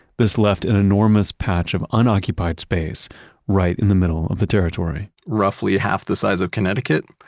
this left an enormous patch of unoccupied space right in the middle of the territory roughly half the size of connecticut.